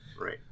Right